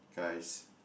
guys